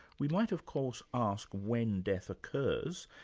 we might of course ask when death occurs,